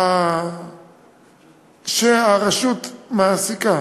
שהרשות מעסיקה